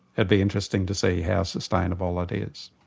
and be interesting to see how sustainable it is.